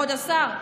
כבוד השר,